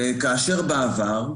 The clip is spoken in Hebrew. בעבר,